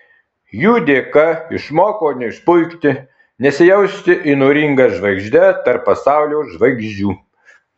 jų dėka išmoko neišpuikti nesijausti įnoringa žvaigžde tarp pasaulio žvaigždžių